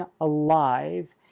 alive